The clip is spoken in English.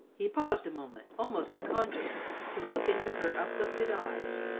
he paused a moment, almost unconsciously, to look into her uplifted eyes.